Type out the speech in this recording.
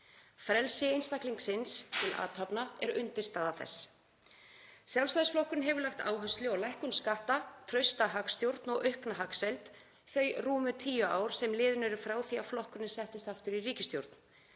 Frelsi einstaklingsins til athafna er undirstaða þess. Sjálfstæðisflokkurinn hefur lagt áherslu á lækkun skatta, trausta hagstjórn og aukna hagsæld þau rúmu tíu ár sem liðin eru frá því að flokkurinn settist aftur í ríkisstjórn.